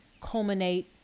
culminate